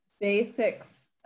basics